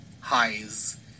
highs